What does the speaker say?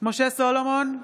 משה סולומון,